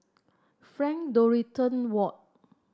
Frank Dorrington Ward